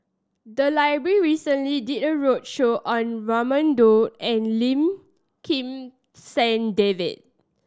the library recently did a roadshow on Raman Daud and Lim Kim San David